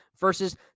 versus